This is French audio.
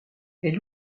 elle